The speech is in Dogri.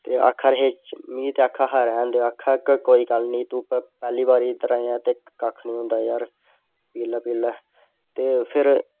ते आक्खा दे हे में ते आक्खा दा हा रैह्न देओ आक्खा दे हे कोई गल्ल नी तूं पैह्ली बारी इध्दर आयां ऐं ते कक्ख नी होंदा जार पी लै पी लै फिर